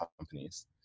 companies